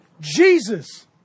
Jesus